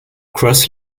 cross